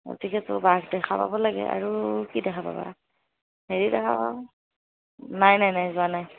গতিকেতো বাঘ দেখা পাব লাগে আৰু কি দেখা পাবা হেৰি দেখা পাবা নাই নাই নাই যোৱা নাই